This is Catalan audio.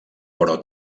però